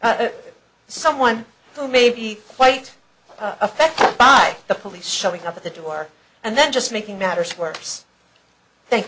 someone who may be quite affected by the police showing up at the door and then just making matters worse th